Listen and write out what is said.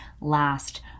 last